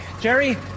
Jerry